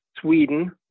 Sweden